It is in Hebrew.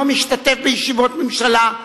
לא משתתף בישיבות ממשלה,